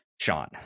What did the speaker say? Sean